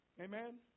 Amen